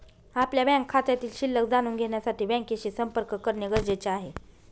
आपल्या बँक खात्यातील शिल्लक जाणून घेण्यासाठी बँकेशी संपर्क करणे गरजेचे आहे